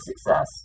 success